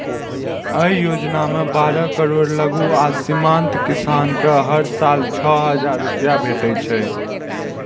अय योजना मे बारह करोड़ लघु आ सीमांत किसान कें हर साल छह हजार रुपैया भेटै छै